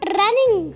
running